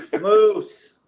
Moose